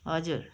हजुर